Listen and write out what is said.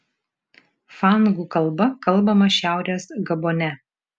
fangų kalba kalbama šiaurės gabone